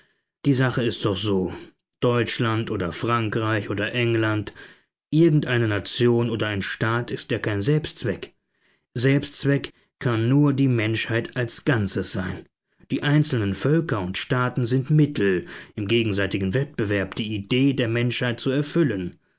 die sache ist doch so deutschland oder frankreich oder england irgendeine nation oder ein staat ist ja kein selbstzweck selbstzweck kann nur die menschheit als ganzes sein die einzelnen völker und staaten sind mittel im gegenseitigen wettbewerb die idee der menschheit zu erfüllen